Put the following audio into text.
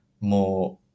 more